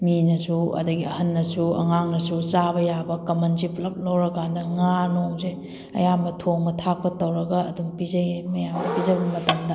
ꯃꯤꯅꯁꯨ ꯑꯗꯒꯤ ꯑꯍꯟꯅꯁꯨ ꯑꯉꯥꯡꯅꯁꯨ ꯆꯥꯕ ꯌꯥꯕ ꯀꯃꯟꯁꯦ ꯄꯨꯂꯞ ꯂꯧꯔꯀꯥꯟꯗ ꯉꯥ ꯅꯣꯡꯁꯦ ꯑꯌꯥꯝꯕ ꯊꯣꯡꯕ ꯊꯥꯛꯄ ꯇꯧꯔꯒ ꯑꯗꯨꯝ ꯄꯤꯖꯩꯌꯦ ꯃꯌꯥꯝꯗꯣ ꯄꯤꯖꯕ ꯃꯇꯝꯗ